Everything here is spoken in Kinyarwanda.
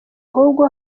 ahubwo